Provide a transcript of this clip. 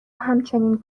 همچنین